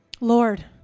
Lord